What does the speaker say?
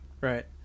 right